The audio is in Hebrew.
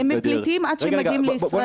הם פליטים עד שהם מגיעים לישראל?